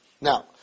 Now